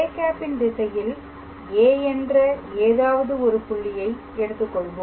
â ன் திசையில் A என்ற ஏதாவது ஒரு புள்ளியை எடுத்துக்கொள்வோம்